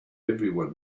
everyone